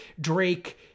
Drake